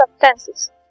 substances